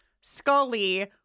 Scully